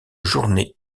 journée